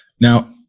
Now